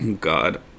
God